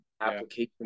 application